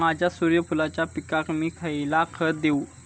माझ्या सूर्यफुलाच्या पिकाक मी खयला खत देवू?